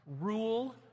rule